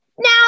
Now